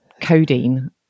codeine